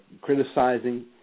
criticizing